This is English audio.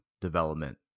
development